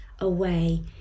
away